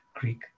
Greek